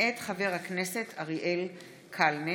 מאת חבר הכנסת אריאל קלנר,